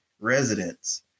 residents